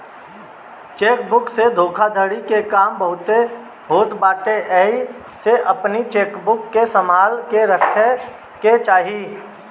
check book से धोखाधड़ी के काम बहुते होत बाटे एही से अपनी चेकबुक के संभाल के रखे के चाही